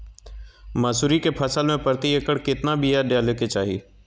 मसूरी के फसल में प्रति एकड़ केतना बिया डाले के चाही?